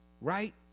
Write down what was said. right